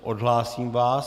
Odhlásím vás.